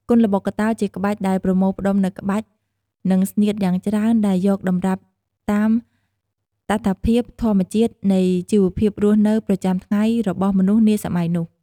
ល្បុក្កតោជាក្បាច់ដែលប្រមូលផ្តុំនូវក្បាច់ និងស្នៀតយ៉ាងច្រើនដែលយកតម្រាប់តាមតថភាពធម្មជាតិនៃជីវភាពរស់នៅប្រចាំថ្ងៃរបស់មនុស្សនាសម័យនោះ។